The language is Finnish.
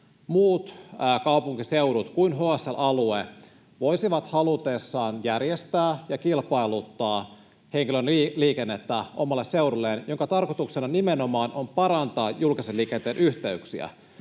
muut kaupunkiseudut kuin HSL-alue voisivat halutessaan järjestää ja kilpailuttaa henkilöliikennettä omalle seudulleen, jonka tarkoituksena nimenomaan on parantaa julkisen liikenteen yhteyksiä,